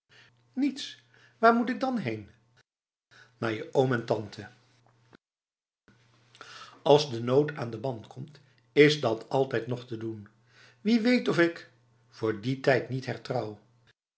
nietsb waar moet ik dan heen naar je oom en tante als de nood aan de man komt is dat altijd nog te doen wie weet of ik voor die tijd niet hertrouw